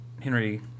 Henry